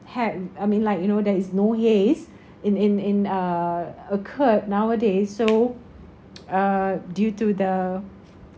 had I mean like you know there is no haze in in in uh occurred nowadays so uh due to the